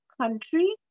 country